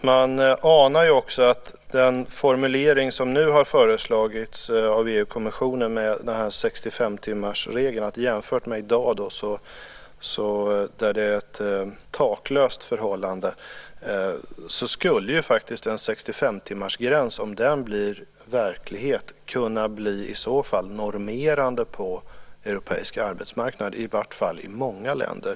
Fru talman! Man anar att den formulering som nu har föreslagits av EU-kommissionen om 65-timmarsregeln jämfört med i dag, när det inte finns något tak, skulle kunna innebära att en 65-timmarsgräns om den blir verklighet skulle kunna bli normerande på den europeiska arbetsmarknaden, i varje fall i många länder.